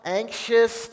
anxious